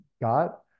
got